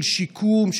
של שיקום,